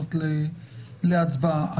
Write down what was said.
התקנות להצבעה.